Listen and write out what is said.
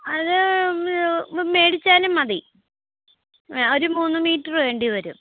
അത് മേടിച്ചാലും മതി ആ ഒരു മൂന്നു മീറ്ററ് വേണ്ടി വരും